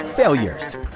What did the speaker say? Failures